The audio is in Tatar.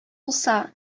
булса